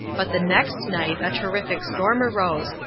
but the next night a terrific storm arose,